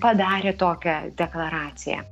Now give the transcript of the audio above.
padarė tokią deklaraciją